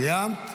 סיימת?